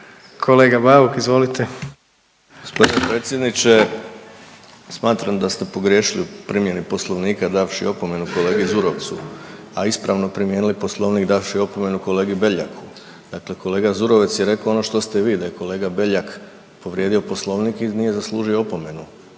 **Bauk, Arsen (SDP)** Gospodine predsjedniče, smatram da ste pogriješili u primjeni Poslovnika davši opomenu kolegi Zurovcu, a ispravno primijenili Poslovnik davši opomenu kolegi Beljaku. Dakle, kolega Zurovec je rekao ono što ste i vi, da je kolega Beljak povrijedio Poslovnik i nije zaslužio opomenu